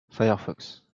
firefox